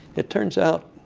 it turns out